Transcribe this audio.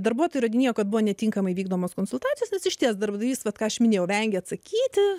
darbuotoja įrodinėjo kad buvo netinkamai vykdomos konsultacijos nes išties darbdavys vat ką aš minėjau vengė atsakyti